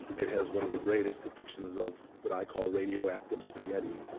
it has one of the greatest depictions of what i call radioactive spaghetti.